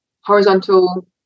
horizontal